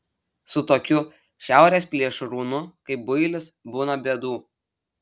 su tokiu šiaurės plėšrūnu kaip builis būna bėdų